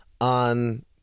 on